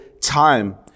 time